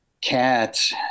Cats